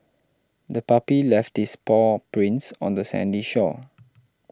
the puppy left its paw prints on the sandy shore